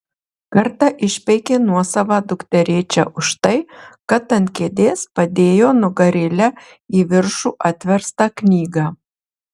kartą išpeikė nuosavą dukterėčią už tai kad ant kėdės padėjo nugarėle į viršų atverstą knygą